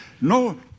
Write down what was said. No